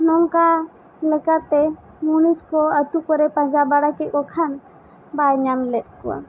ᱱᱚᱝᱠᱟ ᱞᱮᱠᱟᱛᱮ ᱢᱚᱱᱤᱥ ᱠᱚ ᱟᱛᱳ ᱠᱚᱨᱮ ᱯᱟᱸᱡᱟ ᱵᱟᱲᱟ ᱠᱮᱫ ᱠᱚᱠᱷᱟᱱ ᱵᱟᱭ ᱧᱟᱢ ᱞᱮᱫ ᱠᱚᱣᱟ